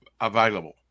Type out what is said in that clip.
available